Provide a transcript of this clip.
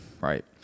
Right